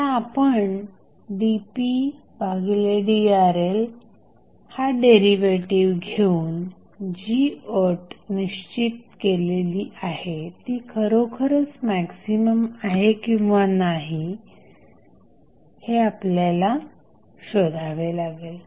आता आपण dpdRL हा डेरिव्हेटिव्ह घेऊन जी अट निश्चित केलेली आहे ती खरोखरच मॅक्झिमम आहे किंवा नाही हे आपल्याला शोधावे लागेल